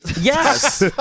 Yes